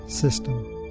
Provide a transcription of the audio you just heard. system